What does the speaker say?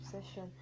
obsession